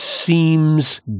seems